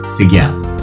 together